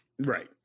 Right